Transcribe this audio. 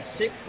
six